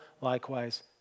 likewise